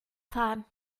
fahren